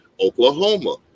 Oklahoma